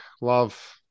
love